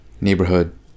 neighborhood